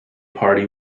party